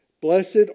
Blessed